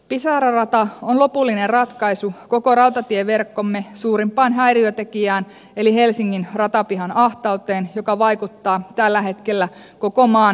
pisara rata on lopullinen ratkaisu koko rautatieverkkomme suurimpaan häiriötekijään eli helsingin ratapihan ahtauteen joka vaikuttaa tällä hetkellä koko maan rautatieliikennöintiin